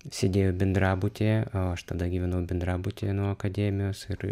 sėdėjau bendrabutyje o aš tada gyvenau bendrabutyje nuo akademijos ir